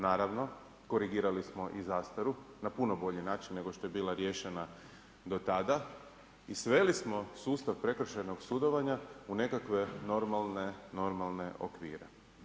Naravno, korigirali smo i zastaru na puno bolji način nego što je bila riješena do tada i sveli smo sustav prekršajnog sudovanja u nekakve normalne, normalne okvire.